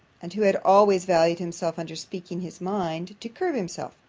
and who had always valued himself under speaking his mind, to curb himself,